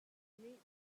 nih